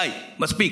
די, מספיק,